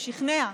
הוא שכנע.